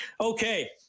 okay